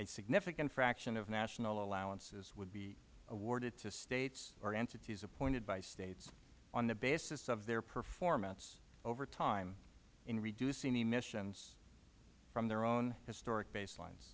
a significant fraction of national allowances would be awarded to states or entities appointed by states on the basis of their performance over time in reducing emissions from their own historic baselines